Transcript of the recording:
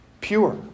pure